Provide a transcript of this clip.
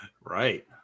Right